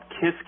kiss